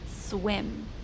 swim